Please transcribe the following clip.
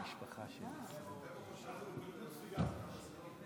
אני מסתכלת על מעשיהם של חברות וחברי הקואליציה הנכנסת ואני